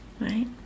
right